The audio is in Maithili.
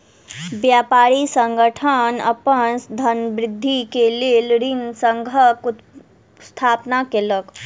व्यापारी संगठन अपन धनवृद्धि के लेल ऋण संघक स्थापना केलक